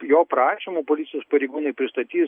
jo prašymu policijos pareigūnai pristatys